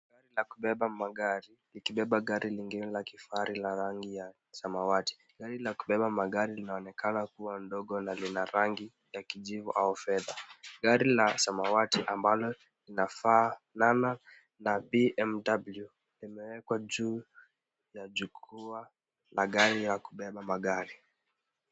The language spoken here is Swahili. La kubeba magari, ikibeba gari lingine la kifahari la rangi ya samawati. Gari la kubeba magari linaonekana kuwa ndogo na lina rangi ya kijivu au fedha. Gari la samawati ambalo linafaa sana na BMW limewekwa juu ya jukwaa la gari la kubeba magari.